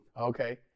Okay